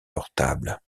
portables